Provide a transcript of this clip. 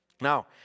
Now